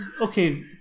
Okay